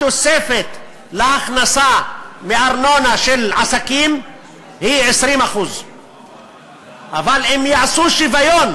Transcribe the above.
התוספת להכנסה מארנונה של עסקים היא 20%. אבל אם יעשו שוויון